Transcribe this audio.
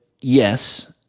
yes